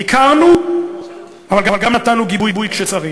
ביקרנו, אבל גם נתנו גיבוי כשצריך.